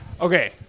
Okay